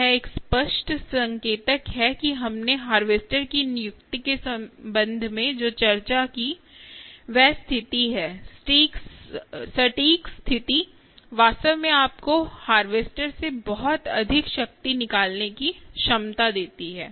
यह एक स्पष्ट संकेतक है कि हमने हारवेस्टर की नियुक्ति के संबंध में जो चर्चा की वह स्थिति है सटीक स्थिति वास्तव में आपको हारवेस्टर से बहुत अधिक शक्ति निकालने की क्षमता देती है